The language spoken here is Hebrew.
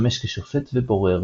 לשמש כשופט ובורר,